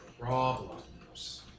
Problems